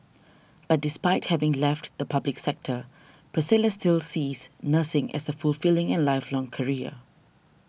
but despite having left the public sector Priscilla still sees nursing as a fulfilling and lifelong career